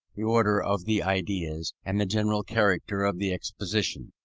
the order of the ideas, and the general character of the exposition.